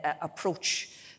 approach